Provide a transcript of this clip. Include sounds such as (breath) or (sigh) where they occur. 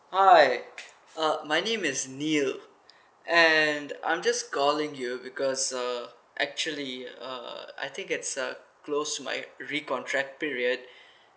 hi uh my name is niel and I'm just calling you because uh actually uh I think it's uh close my recontract period (breath)